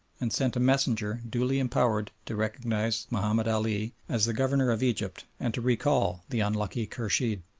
and sent a messenger duly empowered to recognise mahomed ali as the governor of egypt and to recall the unlucky khurshid.